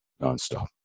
nonstop